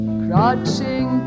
crouching